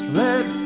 let